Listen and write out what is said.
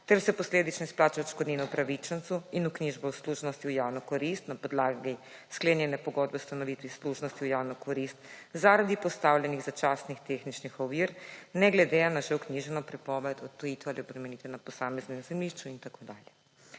ter se posledično izplača odškodnino upravičencu in vknjiženo služnosti v javno korist na podlagi sklenjene Pogodbe o ustanovitvi služnosti v javno korist, zaradi postavljenih začasnih tehničnih ovir ne glede na že vknjiženo prepoved odtujitve ali obremenitve na posameznem zemljišču in tako dalje.